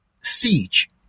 Siege